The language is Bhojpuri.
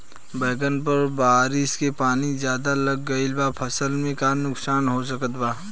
बैंगन पर बारिश के पानी ज्यादा लग गईला से फसल में का नुकसान हो सकत बा?